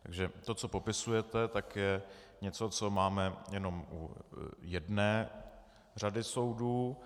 Takže to, co popisujete, je něco, co máme jenom u jedné řady soudů.